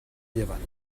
llevant